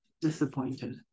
disappointed